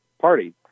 party